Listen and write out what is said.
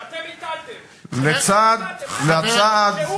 שאתם הטלתם, לצעד, שאתם הטלתם.